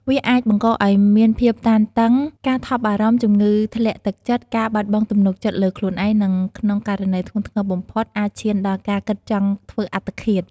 វាអាចបង្កឲ្យមានភាពតានតឹង ការថប់បារម្ភ ជំងឺធ្លាក់ទឹកចិត្ត ការបាត់បង់ទំនុកចិត្តលើខ្លួនឯង និងក្នុងករណីធ្ងន់ធ្ងរបំផុត អាចឈានដល់ការគិតចង់ធ្វើអត្តឃាត។